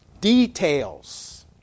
details